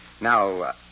Now